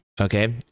Okay